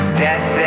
death